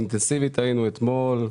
אינטנסיבית היינו אתמול,